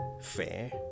fair